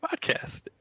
podcast